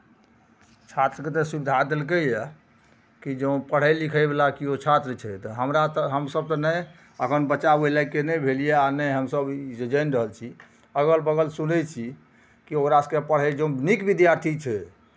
छात्र सभकेँ तऽ सुविधा देलकैए कि जँ पढ़ैय लिखयवला किओ छात्र छै तऽ हमरा तऽ हमसभ तऽ नहि अपन बच्चा ओहि लायकके नहि भेल यए आ नहि हमसभ ई जानि रहल छी अगल बगल सुनै छी कि ओकरा सभकेँ पढ़यके जँ नीक विद्यार्थी छै